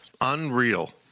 Unreal